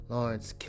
Lawrence